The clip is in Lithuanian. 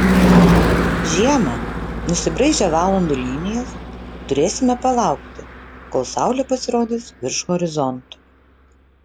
žiemą nusibraižę valandų linijas turėsime palaukti kol saulė pasirodys virš horizonto